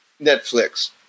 Netflix